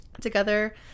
Together